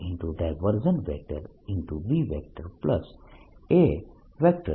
B A